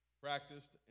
practiced